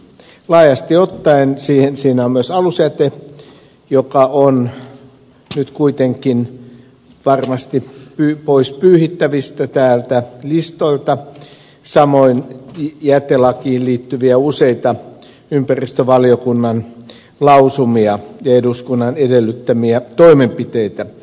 laajasti ottaen siinä on alusjäte joka on nyt kuitenkin varmasti pois pyyhittävissä täältä listoilta samoin jätelakiin liittyviä useita ympäristövaliokunnan lausumia ja eduskunnan edellyttämiä toimenpiteitä